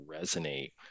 resonate